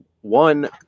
one